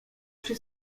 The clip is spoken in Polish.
przy